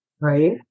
Right